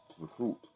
recruit